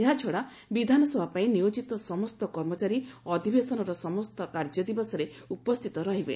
ଏହାଛଡ଼ା ବିଧାନସଭାପାଇଁ ନିୟୋଜିତ ସମସ୍ତ କର୍ମଚାରୀ ଅଧିବେଶନର ସମସ୍ତ କାର୍ଯ୍ୟଦିବସରେ ଉପସ୍ତିତ ରହିବେ